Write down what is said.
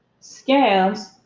scams